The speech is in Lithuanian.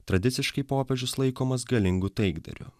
tradiciškai popiežius laikomas galingu taikdariu